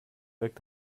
wirkt